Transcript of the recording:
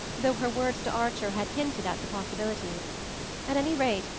though her words to archer had hinted at the possibility at any rate,